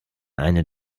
eine